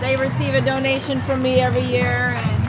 they receive a donation for me every year